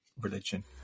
religion